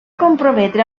comprometre